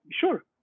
Sure